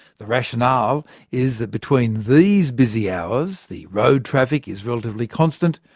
the rationale is that between these busy hours, the road traffic is relatively constant,